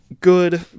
good